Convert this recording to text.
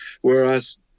whereas